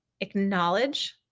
acknowledge